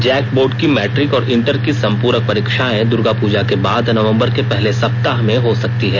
Jack board की matric और inter की संपूरक परीक्षाएं दुर्गापूजा के बाद नवंबर के पहले सप्ताह में हो सकती है